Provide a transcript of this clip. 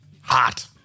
Hot